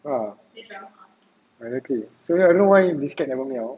ah exactly so I don't know why this cat never meow